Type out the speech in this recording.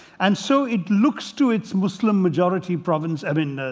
and so it looks to its muslim majority province, i mean,